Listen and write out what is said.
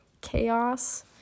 chaos